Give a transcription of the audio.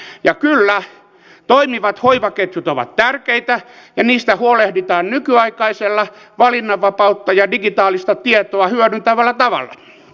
ja kyllä toimivat hoivaketjut ovat tärkeitä ja niistä huolehditaan nykyaikaisella valinnanvapautta ja digitaalista tietoa hyödyntävällä tavalla